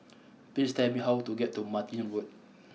please tell me how to get to Martin Road